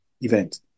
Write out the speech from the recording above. event